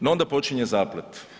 No onda počinje zaplet.